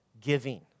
giving